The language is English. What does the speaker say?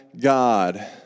God